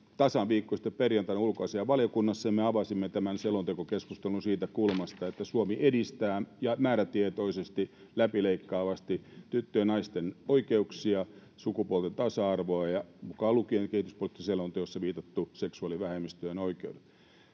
tasan viikko sitten perjantaina ulkoasiainvaliokunnassa, ja me avasimme tämän selontekokeskustelun siitä kulmasta, että Suomi edistää määrätietoisesti ja läpileikkaavasti tyttöjen ja naisten oikeuksia sekä sukupuolten tasa-arvoa, mukaan lukien kehityspoliittisessa selonteossa viitatut seksuaalivähemmistöjen oikeudet.